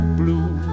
blue